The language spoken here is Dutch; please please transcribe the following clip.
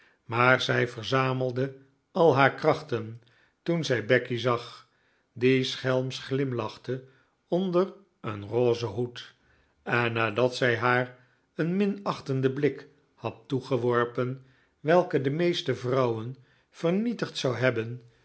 maar zij verzamelde al haar krachten toen zij becky zag die schelmsch glimlachte onder een rosen hoed en nadat zij haar een minachtenden blik had toegeworpen welke de meeste vrouwen vernietigd zou hebben